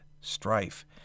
strife